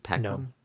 no